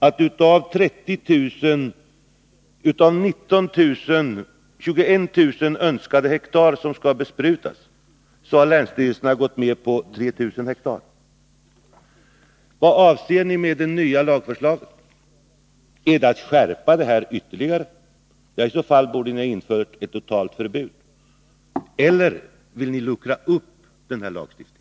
Av de 21 000 hektar som man ville ha besprutade har länsstyrelserna gått med på 3 000 hektar. Vad avser ni med det nya lagförslaget? Är avsikten att skärpa reglerna ytterligare? I så fall borde ni ha infört ett totalt förbud. Eller vill ni luckra upp gällande lagstiftning?